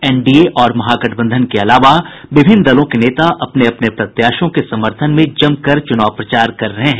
NDA और महागठबंधन के अलावा विभिन्न दलों के नेता अपने अपने प्रत्याशियों के समर्थन में जमकर चुनाव प्रचार कर रहे हैं